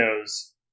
goes